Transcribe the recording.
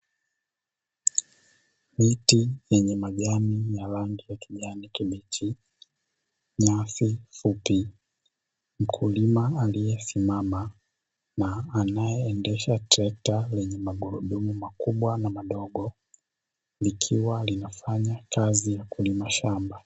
Mti mwenye majani ya kijani kibichi ,nyasi fupi mkulima aliyesimama na anayeendesha trekta lenye magurudumu makubwa na madogo likiwa linafanya kazi ya kulima shamba.